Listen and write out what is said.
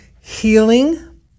healing